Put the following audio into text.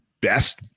best